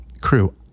crew